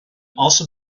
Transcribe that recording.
also